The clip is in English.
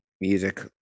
music